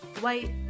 white